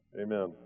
Amen